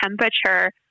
temperature